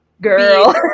girl